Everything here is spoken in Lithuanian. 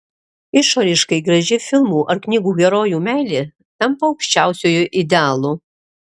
išoriškai graži filmų ar knygų herojų meilė tampa aukščiausiuoju idealu